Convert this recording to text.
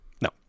No